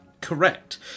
Correct